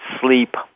sleep